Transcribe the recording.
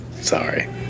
Sorry